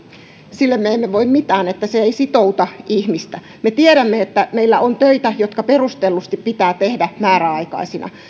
sille me emme voi mitään että se ei sitouta ihmistä me tiedämme että meillä on töitä jotka perustellusti pitää tehdä määräaikaisina me